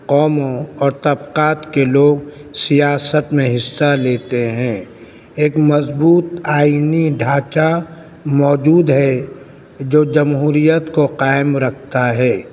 قوموں اور طبقات کے لوگ سیاست میں حصہ لیتے ہیں ایک مضبوط آئینی ڈھانچہ موجود ہے جو جمہوریت کو قائم رکھتا ہے